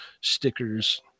stickers